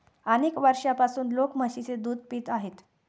अनेक वर्षांपासून लोक म्हशीचे दूध पित आहेत